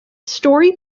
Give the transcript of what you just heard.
story